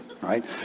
right